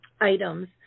items